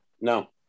No